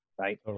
right